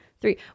three